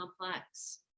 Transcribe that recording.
complex